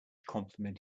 complement